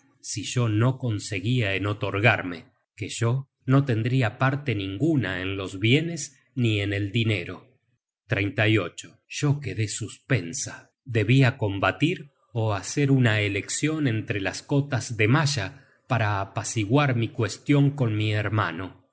si yo no consentia en otorgarme que yo no tendria parte ninguna en los bienes ni en el dinero yo quedé suspensa debia combatir ó hacer una eleccion entre las cotas de malla para apaciguar mi cuestion con mi hermano